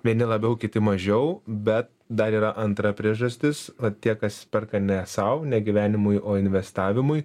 vieni labiau kiti mažiau bet dar yra antra priežastis o tie kas perka ne sau ne gyvenimui o investavimui